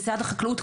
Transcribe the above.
משרד החקלאות,